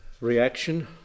reaction